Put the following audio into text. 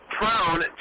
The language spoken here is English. prone